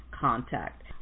contact